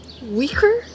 Weaker